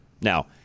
Now